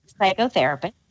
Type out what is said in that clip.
psychotherapist